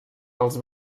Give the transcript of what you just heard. els